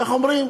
איך אומרים?